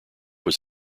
was